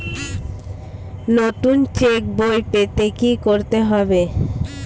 নতুন চেক বই পেতে কী করতে হবে?